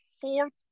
fourth